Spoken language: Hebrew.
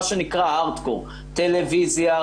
מה שנקרא הארד-קור טלוויזיה,